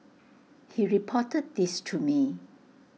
he reported this to me